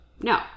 No